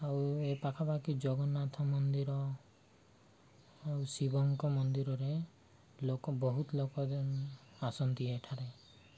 ଆଉ ଏ ପାଖାପାଖି ଜଗନ୍ନାଥ ମନ୍ଦିର ଆଉ ଶିବଙ୍କ ମନ୍ଦିରରେ ଲୋକ ବହୁତ ଲୋକ ଆସନ୍ତି ଏଠାରେ